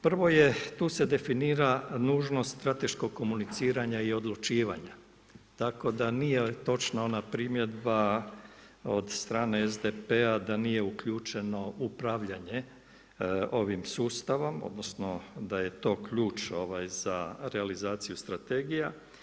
Prvo je, tu se definira nužnost strateškog komuniciranja i odlučivanja, tako da nije točna ona primjedba od strane SDP-a da nije uključeno upravljanje ovim sustavom odnosno da je to ključ za realizaciju strategija.